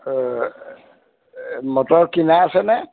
motor কিনা আছেনে